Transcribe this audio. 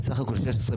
בנוסף,